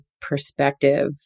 perspective